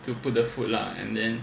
to put the food lah and then